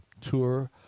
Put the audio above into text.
tour